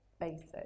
basic